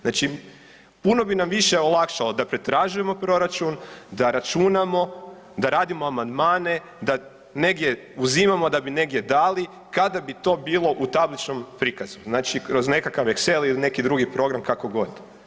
Znači puno bi nam više olakšalo da pretražujemo proračun, da računamo, da radimo amandmane, da negdje uzimamo da bi negdje dali kada bi to bilo u tabličnom prikazu znači kroz nekakav Excel ili neki drugi program ili kakogod.